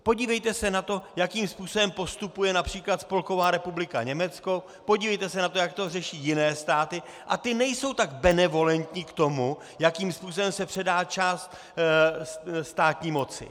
Podívejte se na to, jakým způsobem postupuje například Spolková republika Německo, podívejte se na to, jak to řeší jiné státy, a ty nejsou tak benevolentní k tomu, jakým způsobem se předává část státní moci.